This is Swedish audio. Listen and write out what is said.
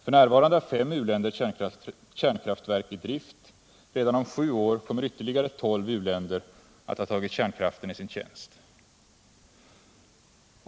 F. n. har fem u-länder kärnkraftverk i drift. Redan om sju år kommer ytterligare tolv u-länder att ha tagit kärnkraften i sin tjänst.